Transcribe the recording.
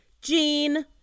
Jean